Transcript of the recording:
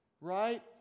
Right